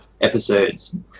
episodes